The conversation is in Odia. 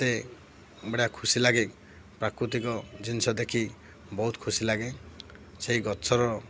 ମୋତେ ବଢ଼ିଆ ଖୁସି ଲାଗେ ପ୍ରାକୃତିକ ଜିନିଷ ଦେଖି ବହୁତ ଖୁସି ଲାଗେ ସେଇ ଗଛର